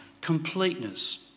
completeness